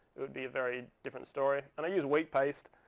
it would be a very different story. and i use wheat paste.